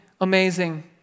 amazing